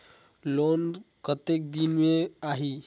Loan कतेक दिन मे आही?